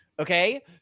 Okay